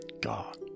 God